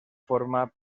forma